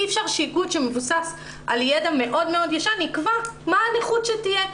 אי אפשר שאיגוד שמבוסס על ידע מאוד מאוד ישן יקבע מה הנכות שתהיה.